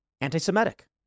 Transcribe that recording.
anti-Semitic